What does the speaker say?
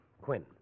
Quinn